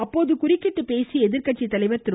அப்போது குறுக்கிட்டு பேசிய எதிர்கட்சி தலைவர் திரு